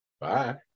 bye